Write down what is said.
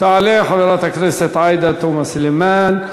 תעלה חברת הכנסת עאידה תומא סלימאן,